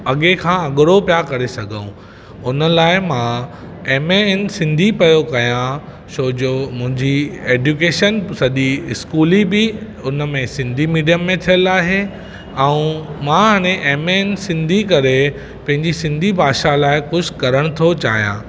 अॻिए खां अॻड़ो प्यार करे सघऊं हुन लाए मां एमए इन सिंधी पियो कयां छोजो मुंहिंजी एडूकेशन बि सॼी स्कूल ई बि उन मे सिंधी मीडियम में थियलु आहे ऐं मां हाणे एमए इन सिंधी करे पंहिंजी सिंधी भाषा लाइ कुझु करण थो चाहियां